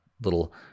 little